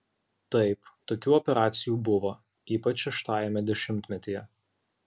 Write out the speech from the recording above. taip tokių operacijų buvo ypač šeštajame dešimtmetyje